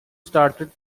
started